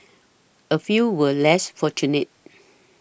a few were less fortunate